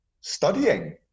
studying